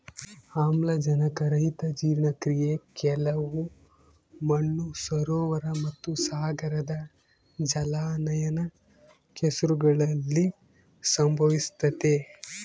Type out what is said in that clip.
ಆಮ್ಲಜನಕರಹಿತ ಜೀರ್ಣಕ್ರಿಯೆ ಕೆಲವು ಮಣ್ಣು ಸರೋವರ ಮತ್ತುಸಾಗರದ ಜಲಾನಯನ ಕೆಸರುಗಳಲ್ಲಿ ಸಂಭವಿಸ್ತತೆ